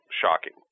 shocking